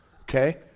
okay